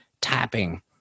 tapping